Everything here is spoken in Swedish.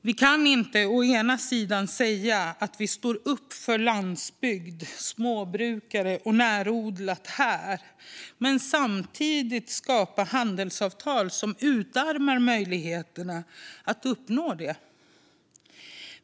Vi kan inte å ena sidan säga att vi står upp för landsbygd, småbrukare och närodlat här och samtidigt skapa handelsavtal som utarmar möjligheterna att uppnå detta.